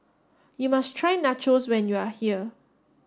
you must try Nachos when you are here